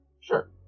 Sure